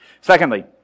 Secondly